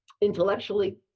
intellectually